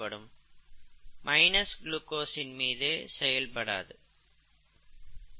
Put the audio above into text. இதேபோல் D glucose L glucose dextrorotatory levorotatory போன்றவைகள் இருக்கின்றன